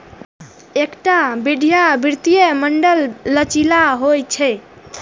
एकटा बढ़िया वित्तीय मॉडल लचीला होइ छै